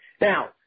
Now